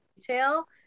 detail